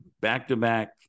back-to-back